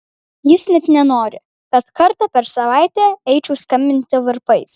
jis net nenori kad kartą per savaitę eičiau skambinti varpais